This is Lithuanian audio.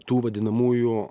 tų vadinamųjų